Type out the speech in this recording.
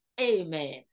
Amen